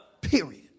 Period